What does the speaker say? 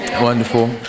Wonderful